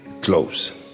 close